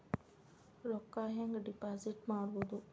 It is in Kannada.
ರೊಕ್ಕ ಹೆಂಗೆ ಡಿಪಾಸಿಟ್ ಮಾಡುವುದು?